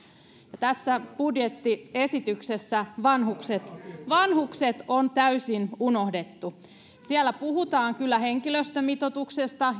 ja tässä budjettiesityksessä vanhukset vanhukset on täysin unohdettu siellä puhutaan kyllä henkilöstömitoituksesta